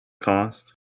cost